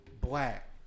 black